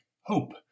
Hope